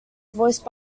voiced